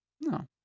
No